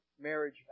marriage